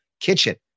kitchen